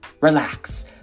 relax